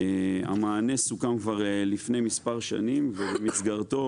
המענה סוכם כבר לפני מספר שנים ובמסגרתו